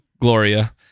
Gloria